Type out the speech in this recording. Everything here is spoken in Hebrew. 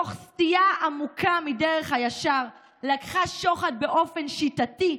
ותוך סטייה עמוקה מדרך הישר לקחה שוחד באופן שיטתי,